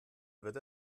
wird